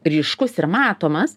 ryškus ir matomas